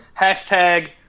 Hashtag